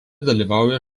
dalyvauja